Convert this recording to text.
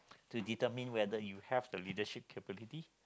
to determine whether you have the leadership capability